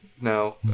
no